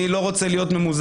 אני לא רוצה להיות ממוזג.